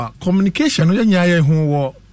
Communication